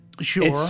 Sure